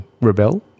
Rebel